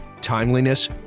timeliness